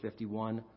51